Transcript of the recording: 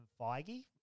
Feige